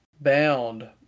Bound